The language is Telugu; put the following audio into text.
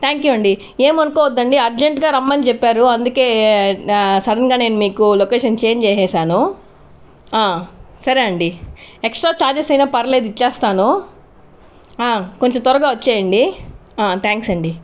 థ్యాంక్ యూ అండి ఏం అనుకోద్దండి అర్జంటుగా రమ్మని చెప్పారు అందుకే షడన్గా నేను మీకు లొకేషన్ చేంజ్ చేసేశాను ఆ సరే అండి ఎక్స్ట్రా చార్జెస్ అయినా పర్లేదు ఇచ్చేస్తాను కొంచం త్వరగా వచ్చేయండి ఆ థ్యాంక్స్ అండి